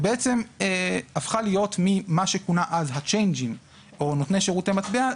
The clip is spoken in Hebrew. ובעצם הפכה להיות ממה שכונה אז ה"צ'ייניג'ים" או "נותני שרותי מטבע",